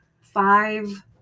five